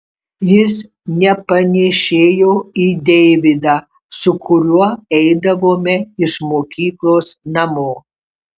jis nepanėšėjo į deividą su kuriuo eidavome iš mokyklos namo